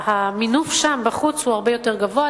המינוף שם בחוץ הוא הרבה יותר גבוה,